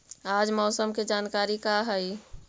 आज मौसम के जानकारी का हई?